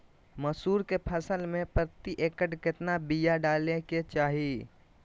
मसूरी के फसल में प्रति एकड़ केतना बिया डाले के चाही?